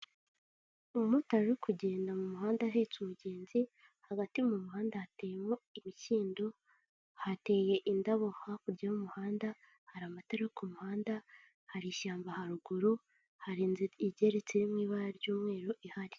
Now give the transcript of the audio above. Umumotari uri kugenda mu muhanda ahetse umugenzi, hagati mu muhanda hateyemo imikindo, hateye indabo hakurya y'umuhanda, hari amatara ku muhanda, hari ishyamba haruguru hari inzu igeretse iri mu ibara ry'umweru ihari.